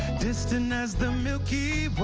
distant as the milky